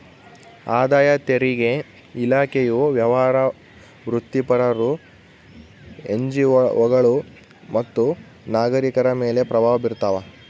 ಆದಾಯ ತೆರಿಗೆ ಇಲಾಖೆಯು ವ್ಯವಹಾರ ವೃತ್ತಿಪರರು ಎನ್ಜಿಒಗಳು ಮತ್ತು ನಾಗರಿಕರ ಮೇಲೆ ಪ್ರಭಾವ ಬೀರ್ತಾವ